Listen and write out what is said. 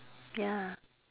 ya